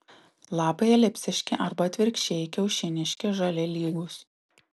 lapai elipsiški arba atvirkščiai kiaušiniški žali lygūs